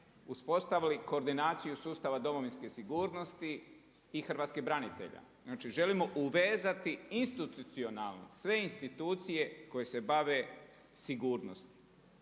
uspostavili koordinaciju sustava domovinske sigurnosti i hrvatskih branitelja, znači želimo uvezati institucionalno sve institucije koje sa bave sigurnosti.